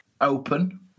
open